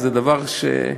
זה דבר ש,